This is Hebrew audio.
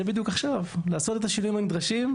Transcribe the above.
לעשות את השינויים הנדרשים,